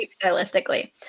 stylistically